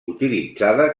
utilitzada